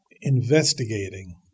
investigating